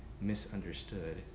misunderstood